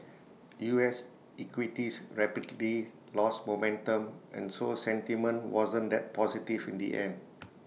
U S equities rapidly lost momentum and so sentiment wasn't that positive in the end